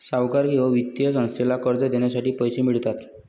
सावकार किंवा वित्तीय संस्थेला कर्ज देण्यासाठी पैसे मिळतात